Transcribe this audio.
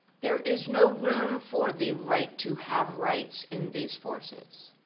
there is no room for the right to have rights in these forces.